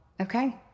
Okay